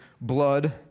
blood